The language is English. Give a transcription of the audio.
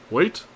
Wait